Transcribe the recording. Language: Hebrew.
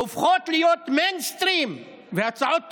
הופכות להיות מיינסטרים, והצעות טובות,